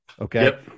Okay